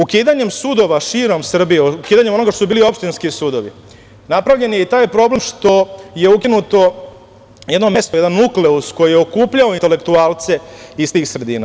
Ukidanjem sudova širom Srbije, ukidanjem onoga što su bili opštinski sudovi, napravljen je i taj problem što je ukinuto jedno mesto, jedan nukleus koji je okupljao intelektualce iz tih sredina.